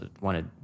wanted